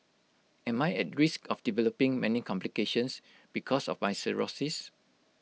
am I at risk of developing many complications because of my cirrhosis